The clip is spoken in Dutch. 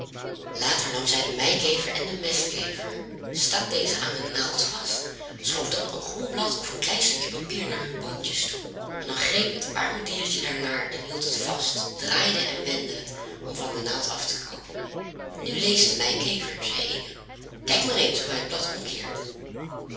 later nam zij den meikever en den mestkever stak deze aan een naald vast schoof dan een groen blad of een klein stukje papier naar hun pootjes toe en dan greep het arme diertje daarnaar en hield het vast draaide en wendde het om van de naald af te komen nu leest de meikever zeide inge kijk maar eens hoe hij het blad omkeert